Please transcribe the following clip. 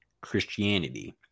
christianity